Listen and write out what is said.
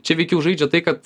čia veikiau žaidžia tai kad